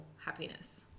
happiness